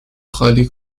خالی